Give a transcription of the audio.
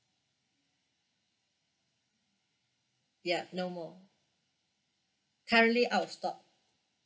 ya no more currently out of stock